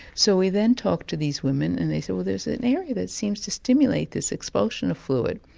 so we then talked to these women, and they said well there's an area that seems to stimulate this expulsion of fluid,